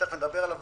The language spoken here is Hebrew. שתיכף נדבר עליה,